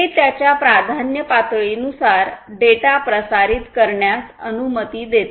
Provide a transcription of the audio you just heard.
हे त्याच्या प्राधान्य पातळीनुसार डेटा प्रसारित करण्यास अनुमती देते